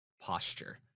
posture